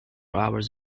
hours